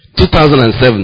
2007